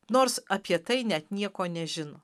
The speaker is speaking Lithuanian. nors apie tai net nieko nežino